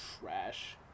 trash